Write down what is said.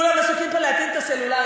כולם עסוקים פה בלהטעין את הסלולרי,